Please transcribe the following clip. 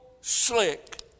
slick